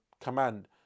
command